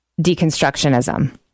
deconstructionism